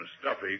stuffy